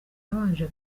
yabanje